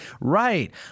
right